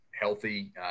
healthy